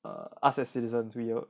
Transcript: err us as citizens we will